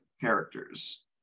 characters